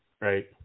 right